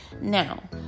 now